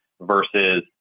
versus